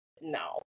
No